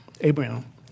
Abraham